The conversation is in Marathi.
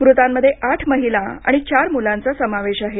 मृतांमध्ये आठ महिला आणि चार मुलांचा समावेश आहे